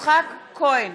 יצחק כהן,